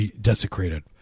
desecrated